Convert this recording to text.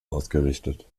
ausgerichtet